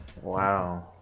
wow